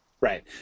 Right